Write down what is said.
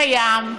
תיהני בים.